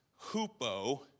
Hupo